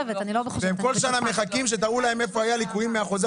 והם כל שנה מחכים שתראו להם איפה היו ליקויים מחוזר